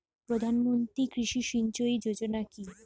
প্রধানমন্ত্রী কৃষি সিঞ্চয়ী যোজনা কি?